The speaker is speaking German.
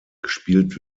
gespielt